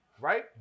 right